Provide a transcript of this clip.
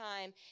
time